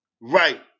right